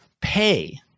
pay